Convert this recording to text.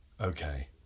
Okay